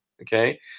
Okay